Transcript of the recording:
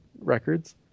records